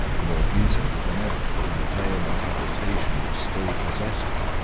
more beautiful than ever in the vehement agitation which still possessed her,